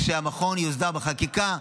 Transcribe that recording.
כשהמכון יוסדר בחקיקה,